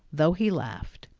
though he laughed.